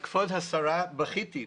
כבוד השרה, זכיתי.